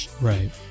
right